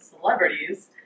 celebrities